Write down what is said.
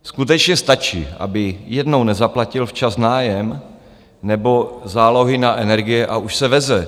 Skutečně stačí, aby jednou nezaplatil včas nájem nebo zálohy na energie, a už se veze.